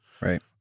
Right